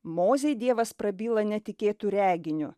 mozei dievas prabyla netikėtu reginiu